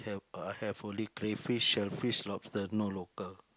I have only crayfish and fish lobster no local